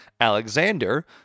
Alexander